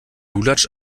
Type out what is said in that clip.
lulatsch